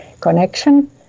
connection